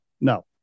no